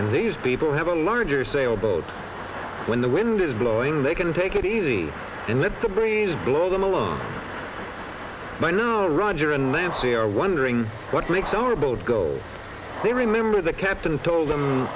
and these people have a larger sail boat when the wind is blowing they can take it easy and let the breeze blow them alone i know roger and nancy are wondering what makes our boat go they remember the captain told them